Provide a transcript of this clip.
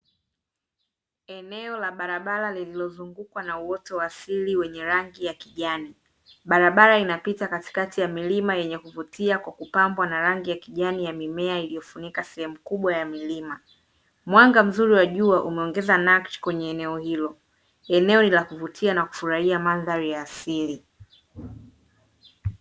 Eneo la barabara lililozungukwa na uoto wa asili wenye rangi ya kijani, barabara inapita katikati ya milima yenye kuvutia kwa kupambwa na rangi ya kijani ya mimea iliyofunika sehemu kubwa ya milima. Mwanga mzuri wa jua umeongeza nakshi kwenye eneo hilo, eneo ni la kuvutia na kufurahia mandhari ya asili.